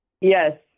Yes